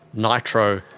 nitro,